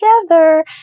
together